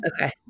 okay